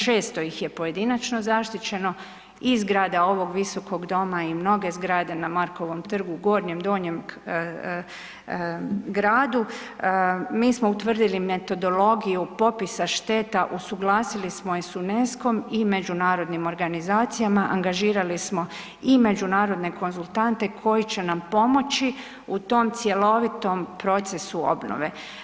600 ih je pojedinačno zaštićeno, i zgrada ovog Visokog doma i mnoge zgrade na Markovom trgu, Gornjem, Donjem Gradu, mi smo utvrdili metodologiju popisa šteta, usuglasili smo je s UNESCO-om i međunarodnim organizacijama, angažirali smo i međunarodne konzultante koji će nam pomoći u tom cjelovitom procesu obnove.